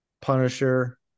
Punisher